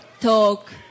talk